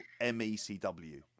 MECW